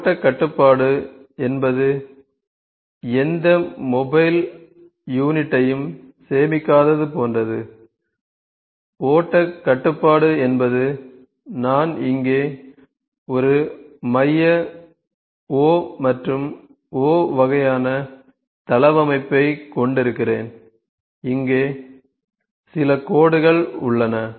ஓட்ட கட்டுப்பாடு என்பது எந்த மொபைல் யூனிட்டையும் சேமிக்காதது போன்றது ஓட்ட கட்டுப்பாடு என்பது நான் இங்கே ஒரு மைய O மற்றும் O வகையான தளவமைப்பைக் கொண்டிருக்கிறேன் இங்கே சில கோடுகள் உள்ளன